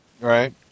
Right